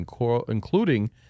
including